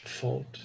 fault